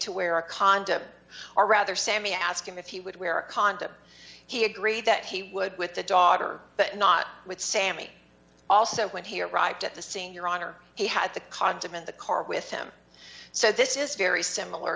to wear a condom or rather sammi asked him if he would wear a condom he agreed that he would with the daughter but not with sammy also when he arrived at the scene your honor he had the condom in the car with him so this is very similar